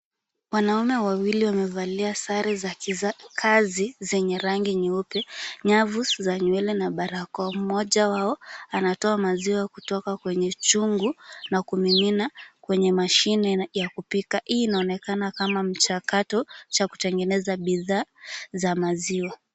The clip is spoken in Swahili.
Wanaume wawili wamevalia sare za kazi zenye rangi nyeupe, nyavu za nywele na barakoa, mmoja wao anatoa maziwa kutoka kwenye chungu na kumimina kwenye mashine ya kupika. Hii inaonekana kama mchakato cha kutengeneza bidhaa za maziwa.